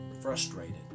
frustrated